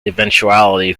eventuality